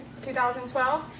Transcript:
2012